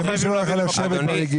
אדוני,